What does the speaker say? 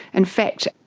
and fact,